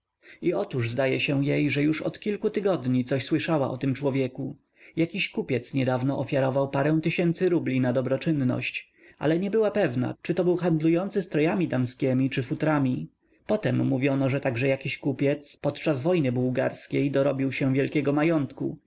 i otóż zdaje się jej że już od kilku tygodni coś słyszała o tym człowieku jakiś kupiec niedawno ofiarował parę tysięcy rubli na dobroczynność ale nie była pewna czy to był handlujący strojami damskiemi czy futrami potem mówiono że także jakiś kupiec podczas wojny bułgarskiej dorobił się wielkiego majątku